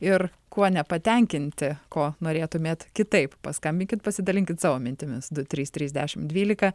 ir kuo nepatenkinti ko norėtumėt kitaip paskambinkit pasidalinkit savo mintimis du trys trys dešimt dvylika